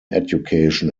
education